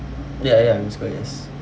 ya ya